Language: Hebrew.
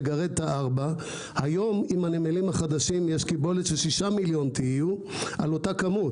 לגרד 4 היום עם הנמלים החדשים יש קיבולת של 6 מיליון TU על אותה כמות.